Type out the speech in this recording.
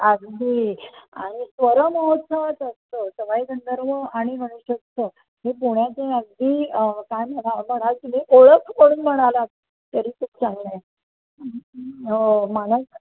आगदी आणि स्वरमहोत्सवच असतो सवाई गंधर्व आणि गणेशोत्सव हे पुण्याचे अगदी काय म्हणा म्हणाल की ओळख म्हणून म्हणाला तरी खूप चांगलं हो